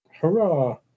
Hurrah